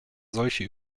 solche